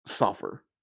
suffer